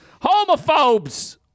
Homophobes